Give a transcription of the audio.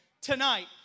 tonight